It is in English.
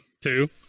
Two